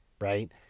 right